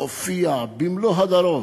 הופיע במלוא הדרו